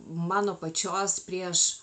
mano pačios prieš